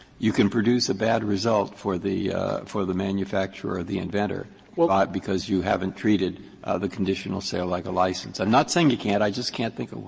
you can produce a bad result for the for the manufacturer or the inventor um because you haven't treated the conditional sale like a license. i'm not saying you can't, i just can't think of